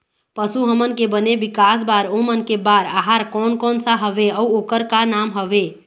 पशु हमन के बने विकास बार ओमन के बार आहार कोन कौन सा हवे अऊ ओकर का नाम हवे?